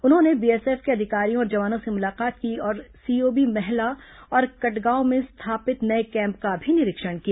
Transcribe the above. उन्होंने बीएसएफ के अधिकारियों और जवानों से मुलाकात की और सीओबी महला और कटगांव में स्थापित नये कैम्प का भी निरीक्षण किया